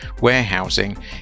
warehousing